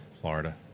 Florida